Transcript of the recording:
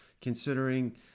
considering